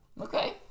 Okay